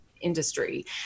industry